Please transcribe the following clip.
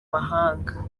mahanga